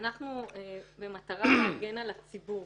במטרה להגן על הציבור